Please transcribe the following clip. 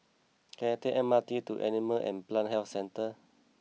can I take M R T to Animal and Plant Health Centre